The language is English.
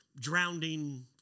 drowning